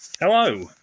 Hello